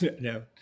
no